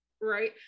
Right